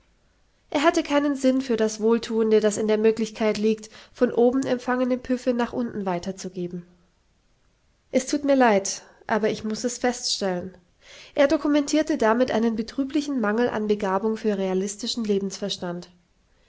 er hatte keinen sinn für das wohlthuende das in der möglichkeit liegt von oben empfangene püffe nach unten weiter zu geben es thut mir leid aber ich muß es feststellen er dokumentierte damit einen betrüblichen mangel an begabung für realistischen